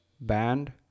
band